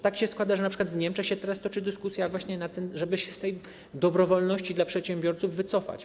Tak się składa, że np. w Niemczech teraz toczy się dyskusja właśnie na ten temat, żeby się z tej dobrowolności dla przedsiębiorców wycofać.